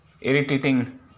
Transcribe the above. irritating